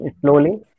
slowly